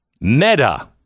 Meta